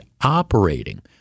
operating